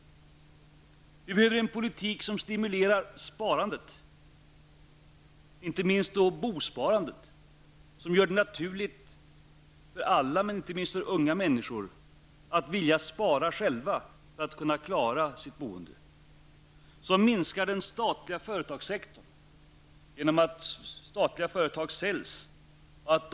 Vi behöver en politik som stimulerar sparandet, inte minst bosparandet, som gör det naturligt för alla, särskilt för unga människor, att själva vilja spara för att klara sitt boende. Vi behöver en politik som gör att den statliga företagssektorn minskar. Detta kan då ske genom att statliga företag säljs ut.